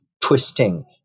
twisting